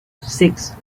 six